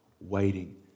waiting